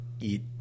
eat